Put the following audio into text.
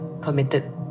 committed